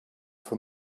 from